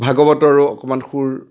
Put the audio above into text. ভাগৱতৰো অকণমান সুৰ